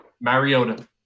Mariota